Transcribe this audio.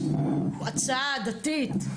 מועצה דתית.